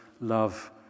love